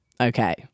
Okay